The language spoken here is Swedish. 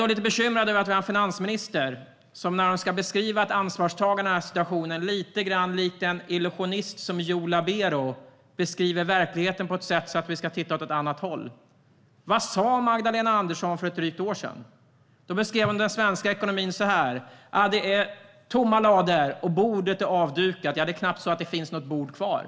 Jag är bekymrad över att vi har en finansminister som när hon ska beskriva ett ansvarstagande i denna situation beskriver verkligheten på ett sätt som gör att vi ska titta åt ett annat håll, lite likt en illusionist som Joe Labero. Vad sa Magdalena Andersson för drygt ett år sedan? Då beskrev hon den svenska ekonomin så här: Det är tomma lador, och bordet är avdukat - ja, det är knappt det finns något bord kvar.